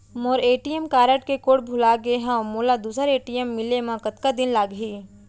मोर ATM card के code भुला गे हव, मोला दूसर ए.टी.एम मिले म कतका दिन लागही?